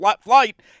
flight